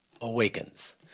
awakens